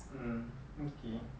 mm okay